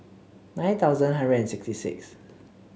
nine thousand hundred and sixty six